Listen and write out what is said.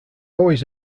always